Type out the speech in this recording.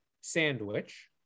sandwich